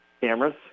cameras